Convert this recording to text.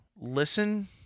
listen